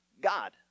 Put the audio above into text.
God